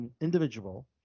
individual